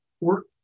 work